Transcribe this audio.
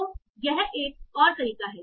तो यह एक और तरीका है